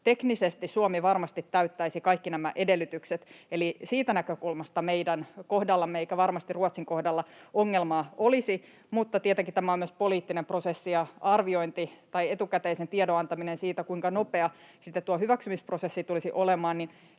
Teknisesti Suomi varmasti täyttäisi kaikki nämä edellytykset, eli siitä näkökulmasta meidän kohdallamme, eikä varmasti Ruotsin kohdalla, ongelmaa olisi. Mutta tietenkin tämä on myös poliittinen prosessi, ja arviointi tai etukäteisen tiedon antaminen siitä, kuinka nopea sitten tuo hyväksymisprosessi tulisi olemaan